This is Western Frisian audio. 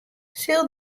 sil